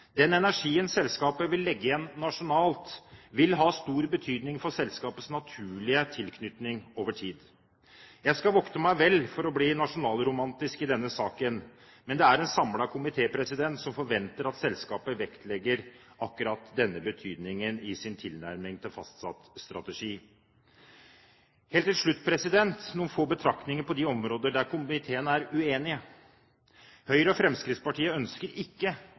Den energien selskapet vil legge igjen nasjonalt, vil ha stor betydning for selskapets naturlige tilknytning over tid. Jeg skal vokte meg vel for å bli nasjonalromantisk i denne saken, men det er en samlet komité som forventer at selskapet vektlegger akkurat denne betydningen i sin tilnærming til fastsatt strategi. Til slutt noen få betraktninger på de områder der komiteen er uenig. Høyre og Fremskrittspartiet ønsker ikke